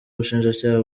ubushinjacyaha